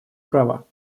права